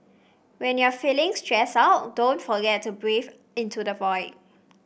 when you are feeling stressed out don't forget to breathe into the void